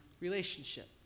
relationship